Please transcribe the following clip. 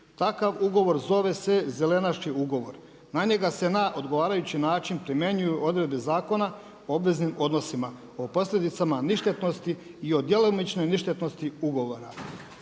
Takav ugovor zove se zelenaški ugovor, na njega se na odgovarajući način primjenjuju odredbe Zakona o obveznim odnosima, o posljedicama ništetnosti i o djelomičnoj ništetnosti ugovora“,